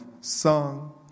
sung